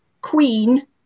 Queen